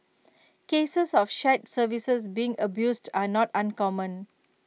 cases of shared services being abused are not uncommon